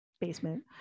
basement